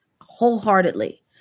wholeheartedly